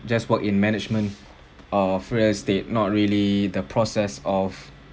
just work in management of real estate not really the process of